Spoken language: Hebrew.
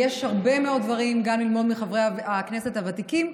יש הרבה מאוד דברים ללמוד גם מחברי הכנסת הוותיקים,